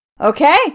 okay